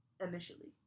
initially